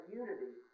unity